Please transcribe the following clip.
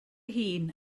hun